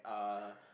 uh